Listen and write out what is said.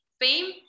fame